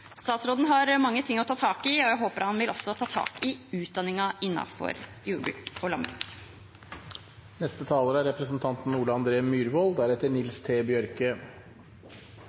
statsråden har mange ting å ta tak i. Jeg håper han også vil ta tak i utdanningen innenfor jordbruk og landbruk. Representanten Westgaard-Halle kom med noen karakteristikker som krever noen kommentarer. De kunne ikke stå uimotsagt. Senterpartiet er